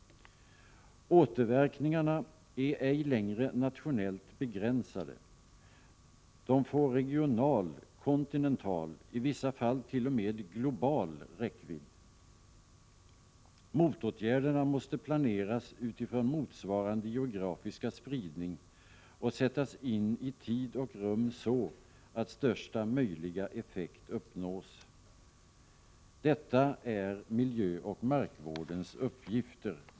Återverkningarna är ej längre nationellt begränsade. De får regional, kontinental, i vissa fall t.o.m. global räckvidd. Motåtgärderna måste planeras utifrån motsvarande geografiska spridning och sättas in i tid och rum så, att största möjliga effekt uppnås. Detta är miljöoch markvårdens uppgift.